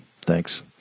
Thanks